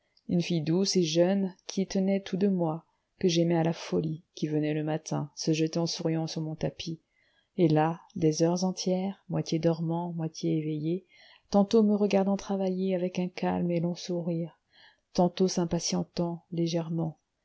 une fille douce et jeune qui tenait tout de moi que j'aimais à la folie qui venait le matin se jetait en souriant sur mon tapis et là des heures entières moitié dormant moitié éveillée tantôt me regardant travailler avec un calme et long sourire tantôt s'impatientant légèrement